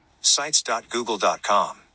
sites.google.com